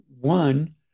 One